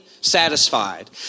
satisfied